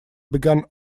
begun